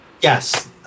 Yes